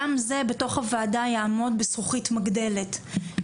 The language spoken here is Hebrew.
גם זה בתוך הוועדה יעמוד בזכוכית מגדלת.